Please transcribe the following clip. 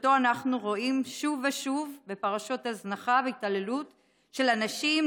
שאותו אנחנו רואים שוב ושוב בפרשות הזנחה והתעללות כלפי אנשים,